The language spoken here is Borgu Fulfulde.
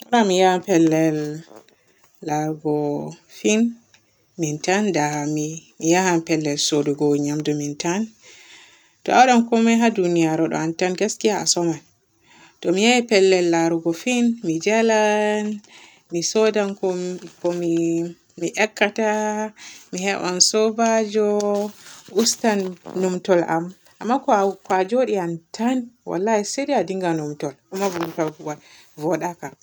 Buran mi yaha pellel laarugo fim min tan da mi mi ya pellel suudugo nyamdu min tan. Ta waaday komay haa duniyaru ɗo an tan gaskiya a somay. To mi ye pellel laarugo fim, mi jaalan, mi sodan ko miyaccata, mi heban soobaju, ustan numtul am amma ko to a njoodi an tan wallahi se day a dinga numtul, kuma numtul vodaka.